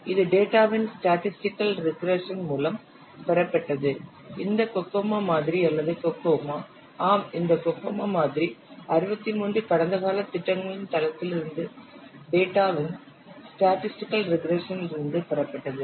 இது டேட்டாவின் statistical regression மூலம் பெறப்பட்டது இந்த கோகோமோ மாதிரி அல்லது கோகோ ஆம் இந்த கோகோமோ மாதிரி 63 கடந்த கால திட்டங்களின் தளத்திலிருந்து டேட்டாவின் data ஸ்டேடிஸ்டிக்கல் ரிக்ரெஷன் லிருந்து பெறப்பட்டது